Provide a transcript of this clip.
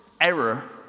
error